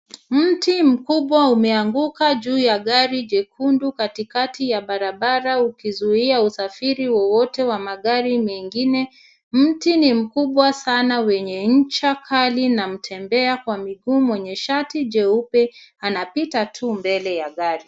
Mti mkubwa umeanguka juu ya gari jekundu katikati ya barabara ukizuia usafiri wowote wa magari mengine. Mti ni mkubwa sana wenye ncha kali na mtembea kwa miguu mwenye shati jeupe anapita tu mbele ya gari.